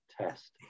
test